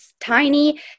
tiny